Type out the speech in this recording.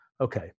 Okay